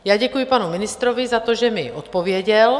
Já děkuji panu ministrovi za to, že mi odpověděl.